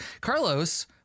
Carlos